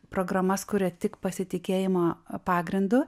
programas kuria tik pasitikėjimo pagrindu